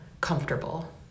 comfortable